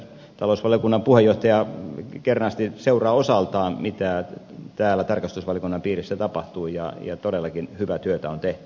talousvaliokunnan puheenjohtaja kernaasti seuraa osaltaan mitä täällä tarkastusvaliokunnan piirissä tapahtuu ja todellakin hyvää työtä on tehty